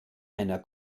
einer